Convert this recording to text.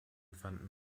fanden